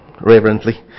reverently